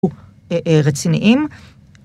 רציניים